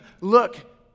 look